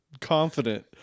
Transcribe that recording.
confident